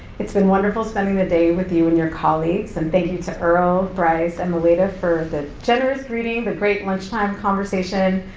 it's been wonderful spending the day with you and your colleagues, and thank you to earl, bryce, and melaida for the generous greeting, the great lunch time conversation.